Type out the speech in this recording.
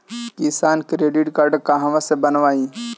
किसान credit card कहवा से बनवाई?